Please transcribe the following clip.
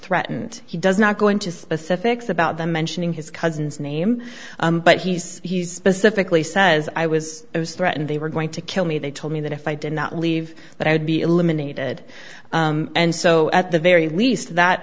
threatened he does not going to specifics about them mentioning his cousin's name but he says he's specifically says i was i was threatened they were going to kill me they told me that if i did not leave that i would be eliminated and so at the very least that